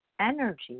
energy